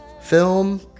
film